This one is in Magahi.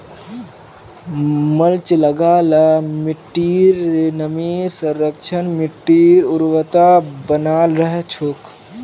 मल्च लगा ल मिट्टीर नमीर संरक्षण, मिट्टीर उर्वरता बनाल रह छेक